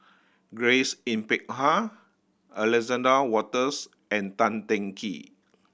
Grace Yin Peck Ha Alexander Wolters and Tan Teng Kee